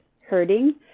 hurting